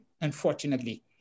unfortunately